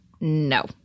No